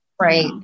Right